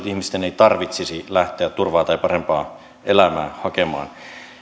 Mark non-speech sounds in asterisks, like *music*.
*unintelligible* ihmisten ei tarvitsisi lähteä turvaa tai parempaa elämää hakemaan